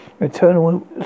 eternal